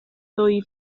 ddwy